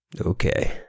okay